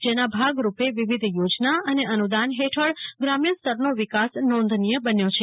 જેના ભાગરૂપે વિવિધ યોજના અને અનુદાન હેઠળ ગ્રામ્યસ્તરનોવિકાસ નોંધનીય બન્યો છે